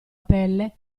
pelle